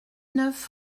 neuf